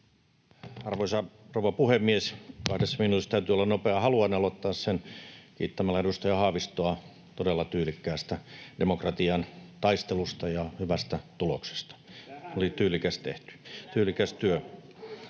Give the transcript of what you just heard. Arvoisa rouva puhemies! Kahdessa minuutissa täytyy olla nopea. Haluan aloittaa sen kiittämällä edustaja Haavistoa todella tyylikkäästä demokratian taistelusta ja hyvästä tuloksesta. [Ben Zyskowicz: Tähän